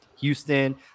houston